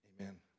Amen